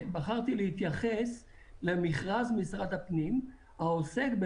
להוציא איזשהו חוזר שכן ייתן תעדוף לשמירה העסקים האלה בחיים.